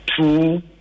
two